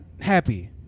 happy